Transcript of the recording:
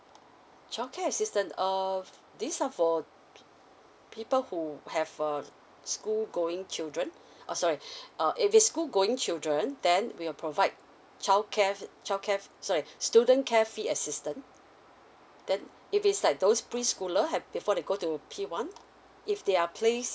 child care assistant err this are for p~ people who have err school going children uh sorry uh if it's school going children then we'll provide child care child care sorry student care fee assistant then if it's like those preschooler ha~ before they go to P one if they are place